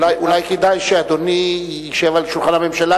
אולי כדאי שאדוני ישב ליד שולחן הממשלה,